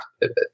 pivot